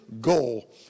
goal